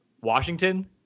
Washington